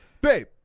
Babe